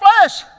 flesh